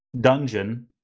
dungeon